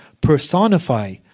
personify